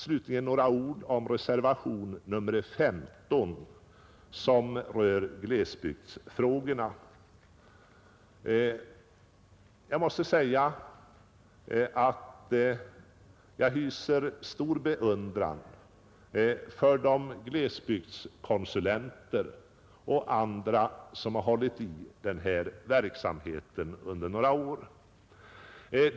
Slutligen några ord om reservationen 15 som rör glesbygdsfrågorna. Jag hyser stor beundran för de glesbygdskonsulenter och alla andra som skött denna verksamhet under några år.